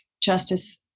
Justice